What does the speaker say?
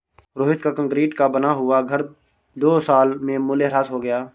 रोहित का कंक्रीट का बना हुआ घर दो साल में मूल्यह्रास हो गया